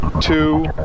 two